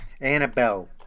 Annabelle